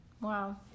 Wow